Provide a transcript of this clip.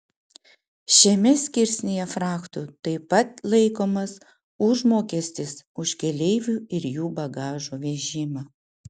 šiame skirsnyje frachtu taip pat laikomas užmokestis už keleivių ir jų bagažo vežimą